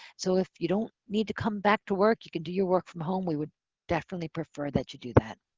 so if you don't need to come back to work, you can do your work from home, we would definitely prefer that you do that.